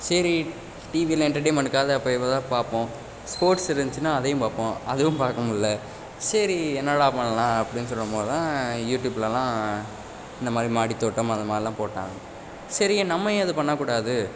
சரி டிவியில என்டர்டெய்ன்மண்ட்டுக்காக எப்போ இப்போ தான் பார்ப்போம் ஸ்போர்ட்ஸ் இருந்துச்சுன்னா அதையும் பார்ப்போம் அதுவும் பார்க்கமுல்ல சரி என்னடா பண்ணலாம் அப்படின்னு சொல்லும்போதுதான் யூட்யூப்லலாம் இந்தமாதிரி மாடித்தோட்டம் அந்தமாதிரிலாம் போட்டாங்க சரி நம்ம ஏன் இது பண்ணக்கூடாது